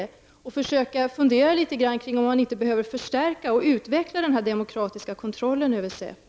Man bör försöka fundera litet grand över om man inte behöver förstärka och utveckla den demokratiska kontrollen över SÄPO.